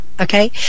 Okay